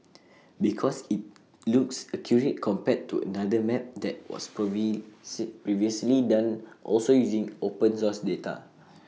because IT looks accurate compared to another map that was previously done also using open source data